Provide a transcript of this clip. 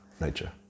nature